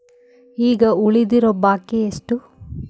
ಈಗ ಉಳಿದಿರೋ ಬಾಕಿ ಎಷ್ಟು?